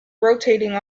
rotating